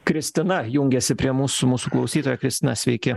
kristina jungiasi prie mūsų mūsų klausytojų kristina sveiki